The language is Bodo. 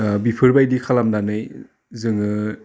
ओह बिफोरबायदि खालामनानै जोङो